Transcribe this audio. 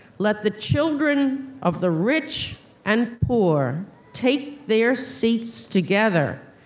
let the children of the rich and poor take their seats together,